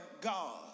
God